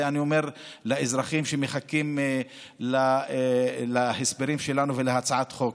את זה אני אומר לאזרחים שמחכים להסברים שלנו ולהצעת חוק.